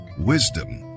wisdom